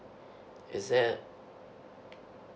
is there